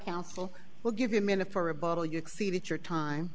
counsel we'll give you a minute for a bottle you see that your time